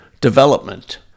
development